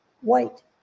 White